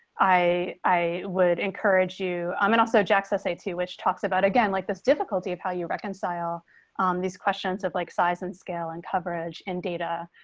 i, i would encourage you um and also jaxa, say, to which talks about again like this difficulty of how you reconcile um these questions of like size and scale and coverage in data.